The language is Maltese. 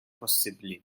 possibbli